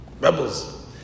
rebels